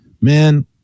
Man